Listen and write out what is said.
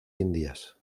indias